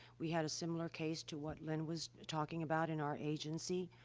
we had a similar case to what lynn was talking about in our agency,